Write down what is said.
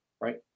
right